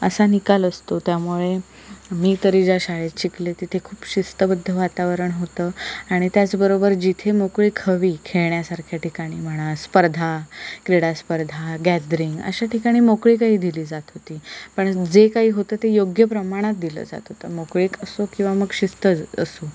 असा निकाल असतो त्यामुळे मी तरी ज्या शाळेत शिकले तिथे खूप शिस्तबद्ध वातावरण होतं आणि त्याचबरोबर जिथे मोकळीक हवी खेळण्यासारख्या ठिकाणी म्हणा स्पर्धा क्रीडा स्पर्धा गॅदरिंग अशा ठिकाणी मोकळीकही दिली जात होती पण जे काही होतं ते योग्य प्रमाणात दिलं जात होतं मोकळीक असो किंवा मग शिस्त असो